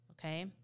okay